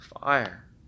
fire